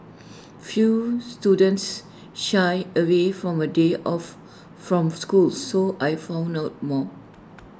few students shy away from A day off from school so I found out more